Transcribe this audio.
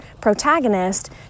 protagonist